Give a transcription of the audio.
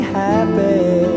happy